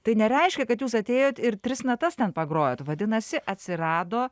tai nereiškia kad jūs atėjot ir tris natas ten pagrojot vadinasi atsirado